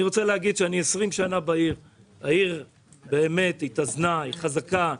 אני 20 שנה בעכו, והעיר באמת התאזנה, היא חזקה.